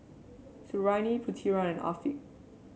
Suriani Putera and Afiq